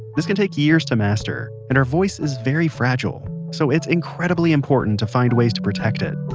this can take years to master. and our voice is very fragile. so it's incredibly important to find ways to protect it